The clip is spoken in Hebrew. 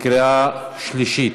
בקריאה שלישית.